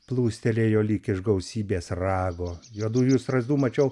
plūstelėjo lyg iš gausybės rago juodųjų strazdų mačiau